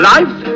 Life